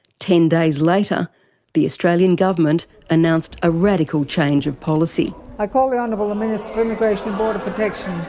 ten days later the australian government announced a radical change of policy. i call the honourable minister for immigration and border protection.